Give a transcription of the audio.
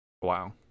Wow